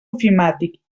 ofimàtic